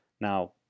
now